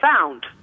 found